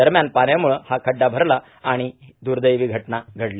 दरम्यान पाण्यामुळं हा खड्डा भरला आणि दुर्देवी घटना घडली